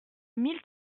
mille